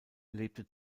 lebte